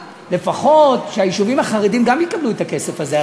לפחות שהיישובים החרדיים גם יקבלו את הכסף הזה,